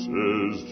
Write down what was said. Says